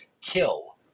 kill